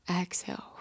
Exhale